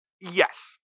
Yes